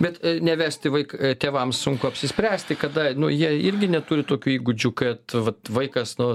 bet nevesti vaik tėvams sunku apsispręsti kada nu jie irgi neturi tokių įgūdžių kad vat vaikas nu